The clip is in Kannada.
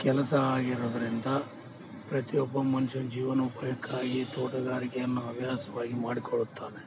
ಕೆಲಸ ಆಗಿರೋದರಿಂದ ಪ್ರತಿ ಒಬ್ಬ ಮನುಷ್ಯನ್ ಜೀವನೋಪಾಯಕ್ಕಾಗಿ ತೋಟಗಾರಿಕೆಯನ್ನು ಹವ್ಯಾಸವಾಗಿ ಮಾಡಿಕೊಳ್ಳುತ್ತಾನೆ